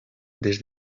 des